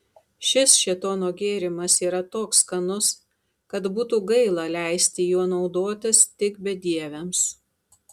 šis šėtono gėrimas yra toks skanus kad būtų gaila leisti juo naudotis tik bedieviams